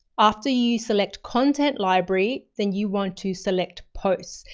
after you select, content library, then you want to select, posts.